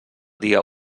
dia